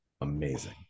amazing